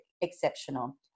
exceptional